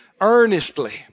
earnestly